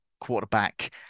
quarterback